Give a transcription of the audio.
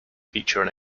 feature